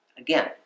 Again